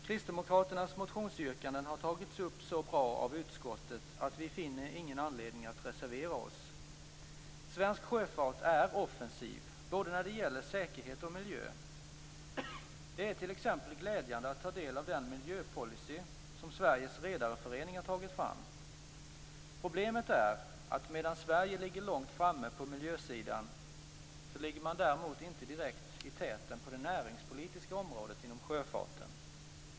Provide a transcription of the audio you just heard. Kristdemokraternas motionsyrkanden har behandlats så bra av utskottet att vi inte finner någon anledning att reservera oss. Svensk sjöfart är offensiv både när det gäller säkerhet och när det gäller miljö. Det är t.ex. glädjande att ta del av den miljöpolicy som Sveriges Redareförening har tagit fram. Problemet är att medan Sverige ligger långt framme på miljösidan så ligger man däremot inte direkt i täten på sjöfartens näringspolitiska sida.